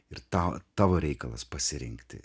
ir tau tavo reikalas pasirinkti